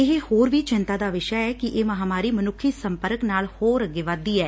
ਇਹ ਹੋਰ ਵੀ ਚਿਂਤਾ ਦਾ ਵਿਸ਼ਾ ਐ ਕਿ ਇਹ ਮਹਾਂਮਾਰੀ ਮਨੁੱਖੀ ਸੰਪਰਕ ਨਾਲ ਹੋਰ ਵਧਦੀ ਐ